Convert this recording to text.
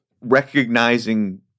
recognizing